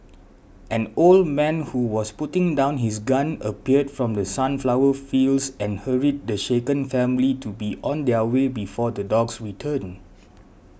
an old man who was putting down his gun appeared from the sunflower fields and hurried the shaken family to be on their way before the dogs return